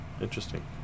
Interesting